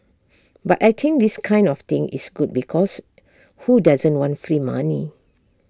but I think this kind of thing is good because who doesn't want free money